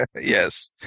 Yes